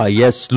yes